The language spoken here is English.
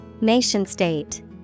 Nation-state